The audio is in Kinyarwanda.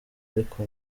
ariko